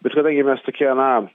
bet kadangi mes tokie na